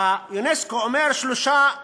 אונסק"ו אומר שלושה תנאים,